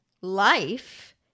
life